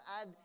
add